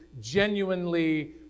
genuinely